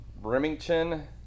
Remington